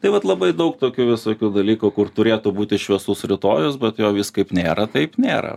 tai vat labai daug tokių visokių dalykų kur turėtų būti šviesus rytojus bet jo vis kaip nėra taip nėra